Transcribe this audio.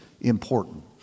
important